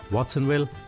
Watsonville